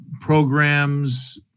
programs